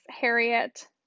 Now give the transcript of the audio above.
Harriet